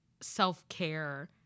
self-care